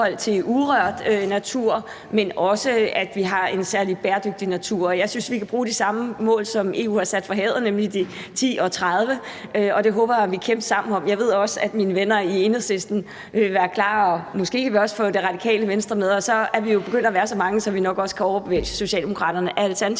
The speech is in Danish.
om urørt natur, men også, at vi har en særlig bæredygtig natur. Jeg synes, at vi kan bruge de samme mål, som EU har sat for havet, nemlig de 10 og 30 pct. Og det håber jeg at vi kan kæmpe sammen for. Jeg ved også, at mine venner i Enhedslisten vil være klar. Måske kan vi også få Radikale Venstre med, og så er vi jo begyndt at være så mange, at vi nok også kan overbevise Socialdemokraterne.